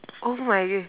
oh my